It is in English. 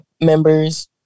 members